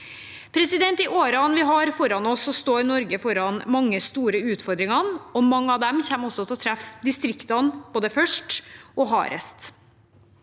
støttehjul. I årene vi har foran oss, står Norge foran mange store utfordringer, og mange av disse kommer til å treffe distriktene – både først og hardest.